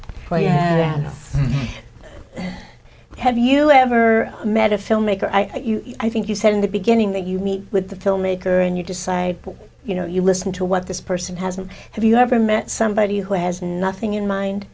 oh yeah have you ever met a filmmaker you i think you said in the beginning that you meet with the filmmaker and you decide you know you listen to what this person has been if you ever met somebody who has nothing in mind